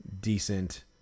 decent